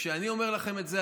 וכשאני אומר לכם את זה,